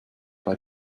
bei